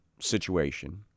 situation